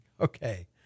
Okay